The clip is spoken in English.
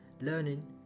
learning